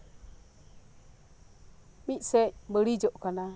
ᱢᱤᱫ ᱥᱮᱡ ᱵᱟᱹᱲᱤᱡᱚᱜ ᱠᱟᱱᱟ